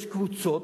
יש קבוצות,